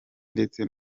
ndetse